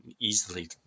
easily